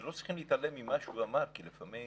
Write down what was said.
ולא שצריכים להתעלם ממה שהוא אמר, כי לפעמים